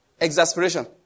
Exasperation